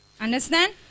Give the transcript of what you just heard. Understand